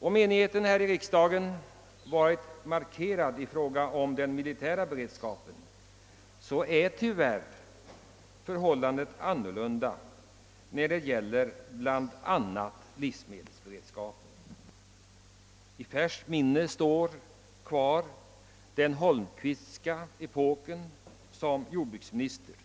Om enigheten här i riksdagen varit markant när det gällt den militära beredskapen, så har förhållandet tyvärr varit ett annat när det gällt bl.a. livsmedelsberedskapen. I färskt minne har vi ännu den Holmqvistska jordbruksministerepoken.